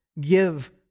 give